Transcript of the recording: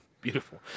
Beautiful